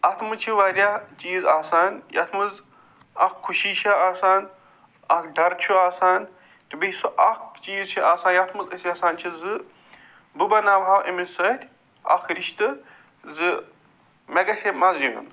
اتھ منٛز چھِ وارِیاہ چیٖز آسان یَتھ منٛز اکھ خوشی چھِ آسان اکھ ڈر چھُ آسان تہٕ بیٚیہِ سُہ اکھ چیٖز چھُ آسان یَتھ منٛز أسۍ یَژھان چھِ زٕ بہٕ بناوہا أمِس سۭتۍ اکھ رِشتہٕ زٕ مےٚ گژھِ ہے مَزٕ یُن